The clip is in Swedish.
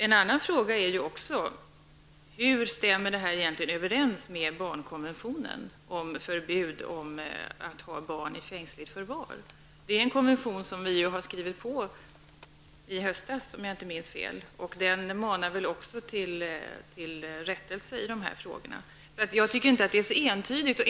En annan fråga är: Hur stämmer detta egentligen överens med barnkonventionen om förbud mot att ha barn i fängsligt förvar? Om jag inte minns fel skrev vi under den i höstas. Också den manar till rättelse i dessa frågor. Läget är alltså inte så entydigt.